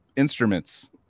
instruments